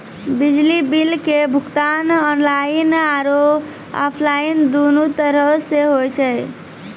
बिजली बिल के भुगतान आनलाइन आरु आफलाइन दुनू तरहो से होय छै